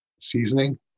seasoning